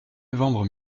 novembre